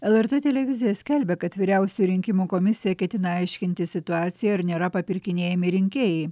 lrt televizija skelbia kad vyriausioji rinkimų komisija ketina aiškinti situaciją ar nėra papirkinėjami rinkėjai